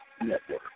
Network